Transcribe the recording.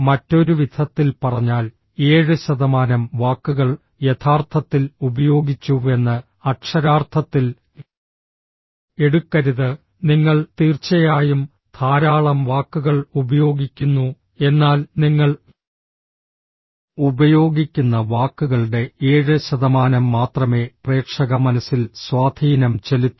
മറ്റൊരു വിധത്തിൽ പറഞ്ഞാൽ 7 ശതമാനം വാക്കുകൾ യഥാർത്ഥത്തിൽ ഉപയോഗിച്ചുവെന്ന് അക്ഷരാർത്ഥത്തിൽ എടുക്കരുത് നിങ്ങൾ തീർച്ചയായും ധാരാളം വാക്കുകൾ ഉപയോഗിക്കുന്നു എന്നാൽ നിങ്ങൾ ഉപയോഗിക്കുന്ന വാക്കുകളുടെ 7 ശതമാനം മാത്രമേ പ്രേക്ഷക മനസ്സിൽ സ്വാധീനം ചെലുത്തൂ